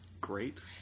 great